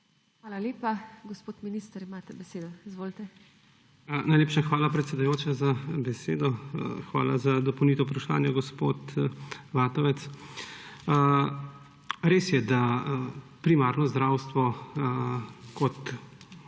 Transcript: Hvala lepa. Gospod minister, imate besedo, izvolite. JANEZ POKLUKAR: Najlepša hvala, predsedujoča, za besedo. Hvala za dopolnitev vprašanja, gospod Vatovec. Res je, da je primarno zdravstvo kot